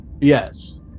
Yes